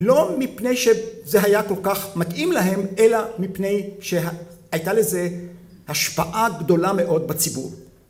‫לא מפני שזה היה כל כך מתאים להם, ‫אלא מפני שהייתה לזה ‫השפעה גדולה מאוד בציבור.